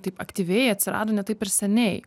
taip aktyviai atsirado ne taip ir seniai